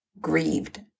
grieved